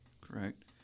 Correct